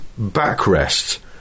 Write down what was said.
backrest